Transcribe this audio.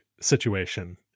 situation